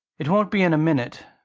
it won't be in a minute.